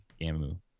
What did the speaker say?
Gamu